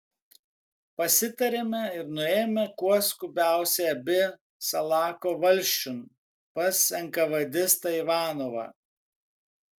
pasitarėme ir nuėjome kuo skubiausiai abi salako valsčiun pas enkavedistą ivanovą